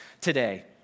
today